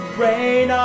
rain